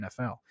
NFL